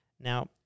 Now